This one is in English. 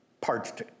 parched